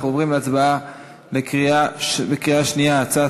אנחנו עוברים להצבעה בקריאה שנייה על הצעת